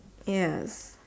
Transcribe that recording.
yes